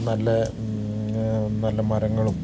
നല്ല നല്ല മരങ്ങളും